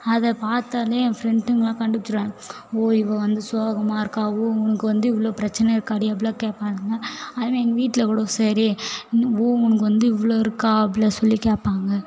அது பார்த்தாலே என் ஃப்ரெண்டுங்கெலாம் கண்டுப்பிடிச்சிருவாங்க ஓ இவள் வந்து சோகமாக இருக்காள் ஓ உனக்கு வந்து இவ்வளோ பிரச்சினை இருக்காடி அப்படிலாம் கேட்பாளுங்க அதேமாதிரி எங்கள் வீட்டில் கூட சரி இன்னும் ஓ உனக்கு வந்து இவ்வளோ இருக்காள் அப்படிலாம் சொல்லி கேட்பாங்க